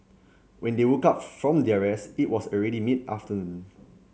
when they woke up from their rest it was already mid afternoon